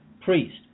priest